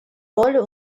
роль